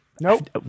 nope